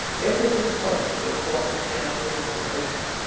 everything points to a plot of careful elaboration.